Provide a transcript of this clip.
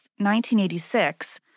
1986